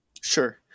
Sure